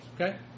okay